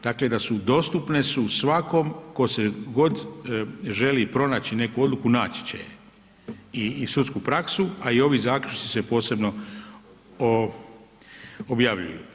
Dakle, da su dostupne su svakom tko se god želi pronaći neku odluku, naći će je i sudsku praksu, a i ovi zaključci se posebno objavljuju.